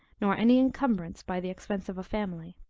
nor any incumbrance by the expense of a family.